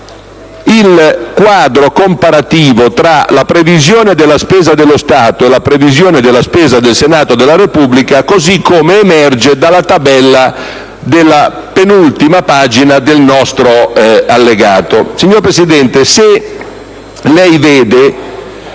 il quadro comparativo tra la previsione della spesa dello Stato e la previsione della spesa del Senato della Repubblica, così come emerge dalla tabella della penultima pagina del nostro progetto di bilancio. Signor Presidente, nell'anno